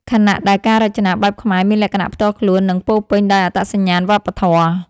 ខណៈដែលការរចនាបែបខ្មែរមានលក្ខណៈផ្ទាល់ខ្លួន និងពោរពេញដោយអត្តសញ្ញាណវប្បធម៌។